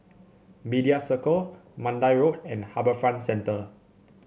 Media Circle Mandai Road and HarbourFront Center